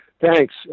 thanks